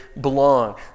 belong